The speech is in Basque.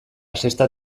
sexta